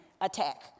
attack